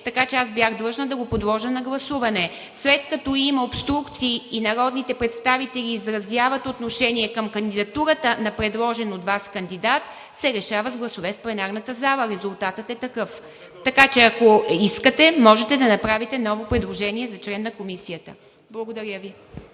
така че бях длъжна да го подложа на гласуване. След като има обструкции и народните представители изразяват отношение към кандидатурата на предложен от Вас кандидат, се решава с гласове в пленарната зала. Резултатът е такъв. Така че, ако искате, можете да направите ново предложение за член на комисията. Благодаря Ви.